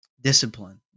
discipline